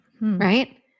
Right